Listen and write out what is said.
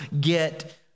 get